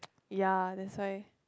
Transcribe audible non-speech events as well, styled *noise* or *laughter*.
*noise* ya that's why